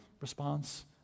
response